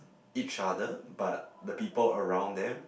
each other but the people around them